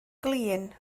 glin